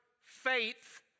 faith